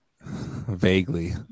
Vaguely